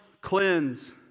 cleanse